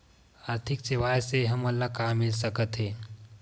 आर्थिक सेवाएं से हमन ला का मिल सकत हे?